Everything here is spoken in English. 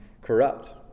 corrupt